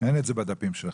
אין את זה בדפים שלך.